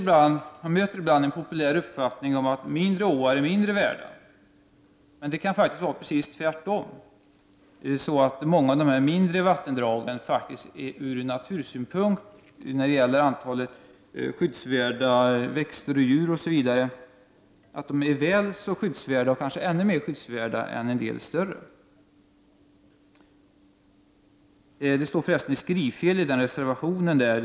Man möter ibland en populär uppfattning om att mindre åar är mindre värda, men det kan faktiskt vara precis tvärtom. Många av de mindre vattendragen är ur natursynpunkt, när det gäller skyddsvärda växter och djur osv., väl så skyddsvärda och kanske mer skyddsvärda än en del större vattendrag. Det finns förresten ett skrivfel i reservation nr 15.